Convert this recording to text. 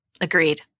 Agreed